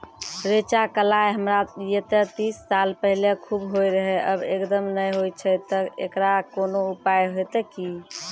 रेचा, कलाय हमरा येते तीस साल पहले खूब होय रहें, अब एकदम नैय होय छैय तऽ एकरऽ कोनो उपाय हेते कि?